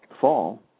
fall